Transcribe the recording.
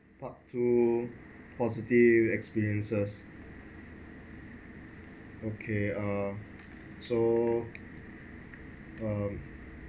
part two positive experiences okay uh so um